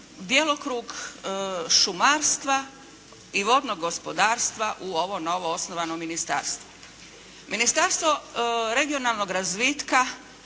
djelokrug šumarstva i vodnog gospodarstva u ovo novoosnovano Ministarstvo. Ministarstvo regionalnog razvitka